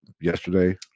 yesterday